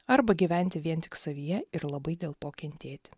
arba gyventi vien tik savyje ir labai dėl to kentėti